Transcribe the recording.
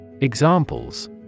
Examples